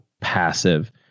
passive